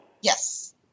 Yes